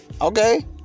okay